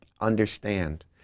understand